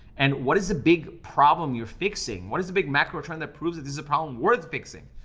and what is the big problem you're fixing? what is the big macro trend that proves that this is a problem worth fixing.